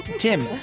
Tim